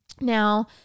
Now